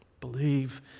Believe